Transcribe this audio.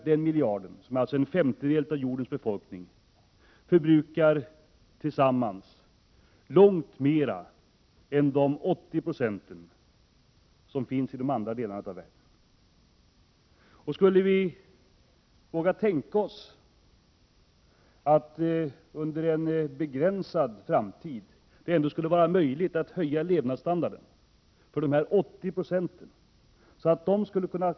Den miljarden, som utgör ca 20 26 av jordens befolkning, förbrukar tillsammans långt mer än de 80 96 som lever i de andra delarna av världen. Om det skall vara möjligt att höja levnadsstandarden för dessa 80 96, så att det.ex.